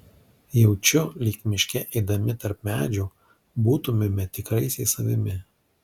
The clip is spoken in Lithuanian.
jaučiu lyg miške eidami tarp medžių būtumėme tikraisiais savimi